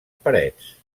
parets